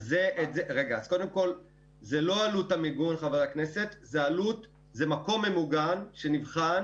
זו לא עלות המיגון, זה מקום ממוגן שנבחן